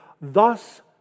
thus